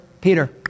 Peter